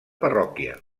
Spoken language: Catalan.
parròquia